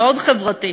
מאוד חברתי.